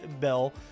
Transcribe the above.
Bell